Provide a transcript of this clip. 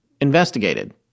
investigated